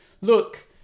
look